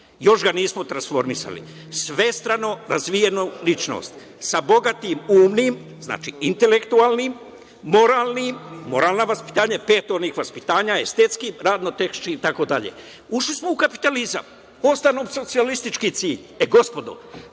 još ga nismo transformisali. Svestrano, razvijenu ličnost sa bogatim umnim, znači, intelektualnim, moralnim, moralna vaspitanja, pet onih vaspitanja estetskih, radno–tehničkih, itd. Ušli smo u kapitalizam, ostao nam socijalistički cilj. Gospodo,